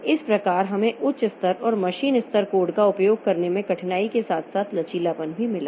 इस प्रकार हमें उच्च स्तर और मशीन स्तर कोड का उपयोग करने में कठिनाई के साथ साथ लचीलापन भी मिला है